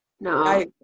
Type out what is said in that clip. no